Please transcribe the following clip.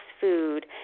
food